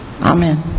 Amen